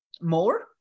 More